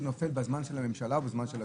נופל בזמן של הממשלה או בזמן של הכנסת?